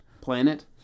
planet